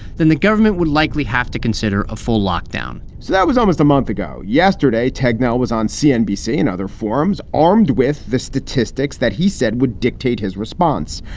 then the government would likely have to consider a full lockdown so that was almost a month ago. yesterday, techno was on cnbc and other forums, armed with the statistics that he said would dictate his response,